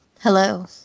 Hello